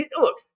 Look